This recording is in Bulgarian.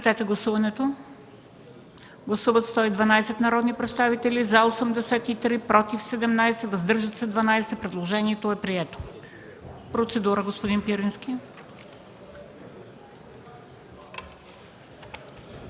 вносителя за § 1. Гласували 112 народни представители: за 83, против 17, въздържали се 12. Предложението е прието. Процедура – господин Пирински.